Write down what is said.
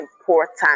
important